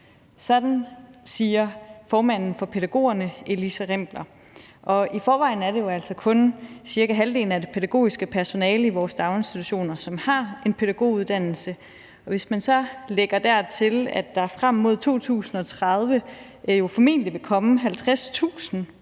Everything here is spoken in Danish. Sådan siger formanden for BUPL, Elisa Rimpler. Og det er altså i forvejen kun cirka halvdelen af det pædagogiske personale i vores daginstitutioner, som har en pædagoguddannelse, og hvis man så dertil lægger, at der frem mod 2030 formentlig vil komme 50.000